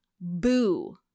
boo